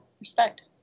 respect